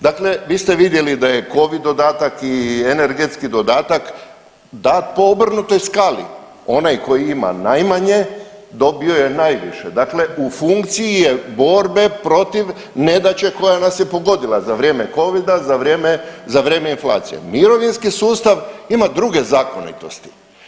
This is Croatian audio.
Dakle vi ste vidjeli da je covid dodatak i energetski dodatak da po obrnutoj skali onaj koji ima najmanje dobio je najviše, dakle u funkciji je borbe protiv nedaće koja nas je pogodila za vrijeme covida, za vrijeme, za vrijeme inflacije, mirovinski sustav ima druge zakonitosti.